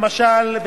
למשל,